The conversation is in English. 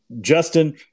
Justin